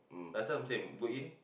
last time same go in